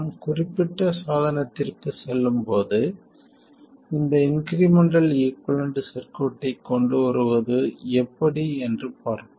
நாம் குறிப்பிட்ட சாதனத்திற்குச் செல்லும்போது இந்த இன்க்ரிமெண்டல் ஈகுவலன்ட் சர்க்யூட்டைக் கொண்டு வருவது எப்படி என்று பார்ப்போம்